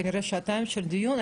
כנראה אחרי שעתיים של דיון,